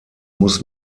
muss